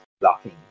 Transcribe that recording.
blocking